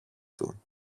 του